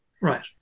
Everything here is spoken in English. Right